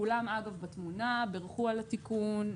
כולם בתמונה ובירכו על התיקון,